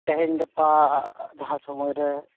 ᱛᱮᱦᱮᱧ ᱜᱟᱯᱟ ᱡᱟᱦᱟᱸ ᱥᱚᱢᱚᱭᱨᱮ